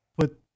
put